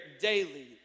daily